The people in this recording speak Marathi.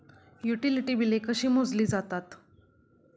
युटिलिटी बिले कशी मोजली जातात?